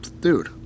Dude